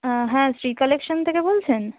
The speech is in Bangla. হ্যাঁ শ্রী কালেকশন থেকে বলছেন